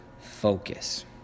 focus